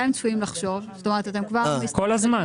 כל הזמן.